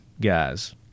guys